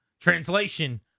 Translation